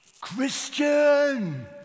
Christian